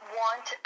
want